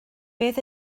beth